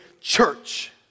church